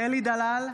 אלי דלל,